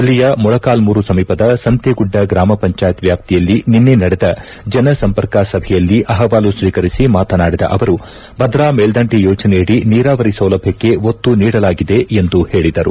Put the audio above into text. ಜಿಲ್ಲೆಯ ಮೊಳಕಾಲ್ಮೂರು ಸಮೀಪದ ಸಂತೆಗುಡ್ಡ ಗ್ರಮ ಪಂಚಾಯತ್ ವ್ಯಾಪ್ತಿಯಲ್ಲಿ ನಿನ್ನೆ ನಡೆದ ಜನಸಂಪರ್ಕ ಸಭೆಯಲ್ಲಿ ಅಹವಾಲು ಸ್ವೀಕರಿಸಿ ಮಾತನಾಡಿದ ಅವರು ಭದ್ರಾ ಮೇಲ್ದಂಡೆ ಯೋಜನೆಯಡಿ ನೀರಾವರಿ ಸೌಲಭ್ಯಕ್ಷೆ ಒತ್ತು ನೀಡಲಾಗಿದೆ ಎಂದು ಹೇಳಿದರು